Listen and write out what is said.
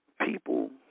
People